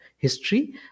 history